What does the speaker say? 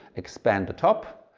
expand the top,